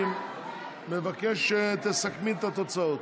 אני מבקש שתסכמי את התוצאות.